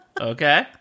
Okay